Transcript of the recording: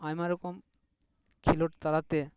ᱟᱭᱢᱟ ᱨᱚᱠᱚᱢ ᱠᱷᱮᱞᱳᱰ ᱛᱟᱞᱟ ᱛᱮ